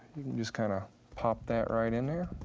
just kinda pop that right in there.